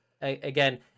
again